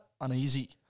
uneasy